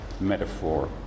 metaphor